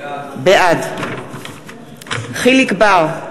בעד יחיאל חיליק בר,